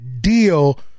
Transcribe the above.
deal